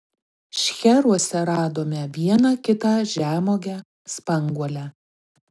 šcheruose radome vieną kitą žemuogę spanguolę